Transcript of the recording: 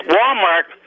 Walmart